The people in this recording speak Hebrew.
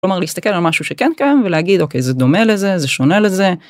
כלומר להסתכל על משהו שכן קיים, ולהגיד אוקיי זה דומה לזה, זה שונה לזה.